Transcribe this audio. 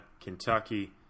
Kentucky